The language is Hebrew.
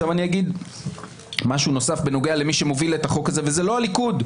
אני אומר משהו נוסף בנוגע למי שמביל את החוק הזה וזה לא הליכוד.